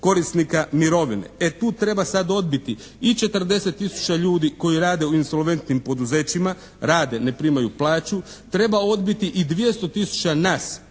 korisnika mirovine, e tu treba sad odbiti i četrdeset tisuća ljudi koji rade u insolventnim poduzećima, rade, ne primaju plaću, treba odbiti i dvjesto